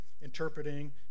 interpreting